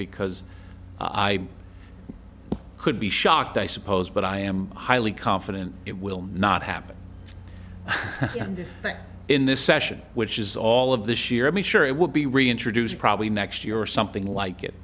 because i could be shocked i suppose but i am highly confident it will not happen and this thing in this session which is all of this year i'm sure it will be reintroduced probably next year or something like it